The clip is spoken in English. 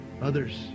Others